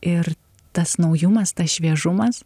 ir tas naujumas šviežumas